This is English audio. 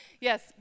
Yes